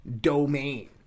domain